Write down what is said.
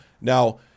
Now